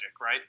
right